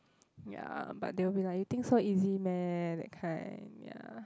ya but they will be like you think so easy meh that kind ya